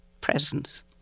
presence